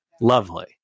Lovely